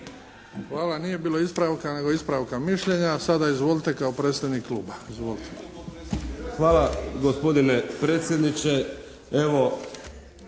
Hvala. Nije bilo ispravka, nego ispravka mišljenja, a sada izvolite kao predstavnik Kluba. Izvolite. **Kajin,